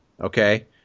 Okay